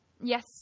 Yes